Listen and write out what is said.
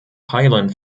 highland